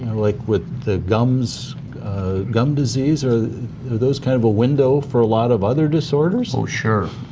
like with the gums gum disease, are those kind of a window for a lot of other disorders? so sure.